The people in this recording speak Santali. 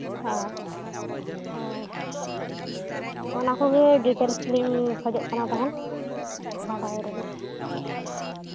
ᱦᱳᱭ ᱦᱳᱭ ᱚᱱᱟ ᱠᱚᱜᱮ ᱰᱤᱴᱮᱞᱥ ᱞᱤᱧ ᱠᱷᱚᱡᱚᱜ ᱠᱟᱱᱟ ᱛᱟᱦᱮᱱ ᱵᱟᱰᱟᱭ ᱨᱮᱱᱟᱜ